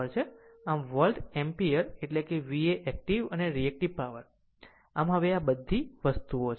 આમ volt ampere એટલે VA active અને રીએક્ટીવ પાવર આમ હવે આ આ વસ્તુ છે